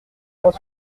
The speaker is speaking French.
trois